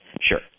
Sure